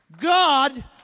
God